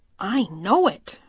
i know it,